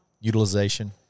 Utilization